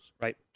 right